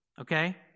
Okay